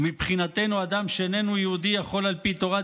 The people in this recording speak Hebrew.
ומבחינתנו אדם שאיננו יהודי יכול על פי תורת